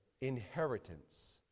inheritance